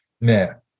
man